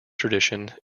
tradition